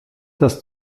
das